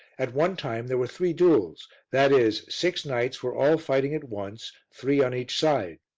at one time there were three duels that is, six knights were all fighting at once, three on each side.